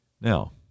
Now